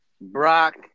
Brock